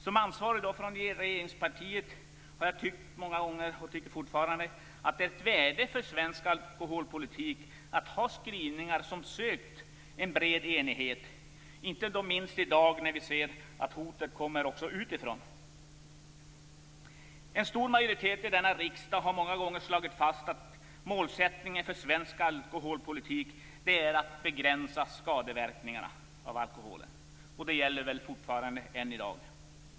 Som ansvarig representant för regeringspartiet har jag många gånger tyckt, och tycker fortfarande, att det ligger ett värde för svensk alkoholpolitik i att man har gjort skrivningar där man har sökt en bred enighet, inte minst i dag när vi ser att hotet även kommer utifrån. En stor majoritet i denna riksdag har många gånger slagit fast att målsättningen för svensk alkoholpolitik är att begränsa skadeverkningarna av alkoholen. Och det gäller väl än i dag.